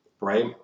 right